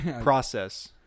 Process